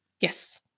Yes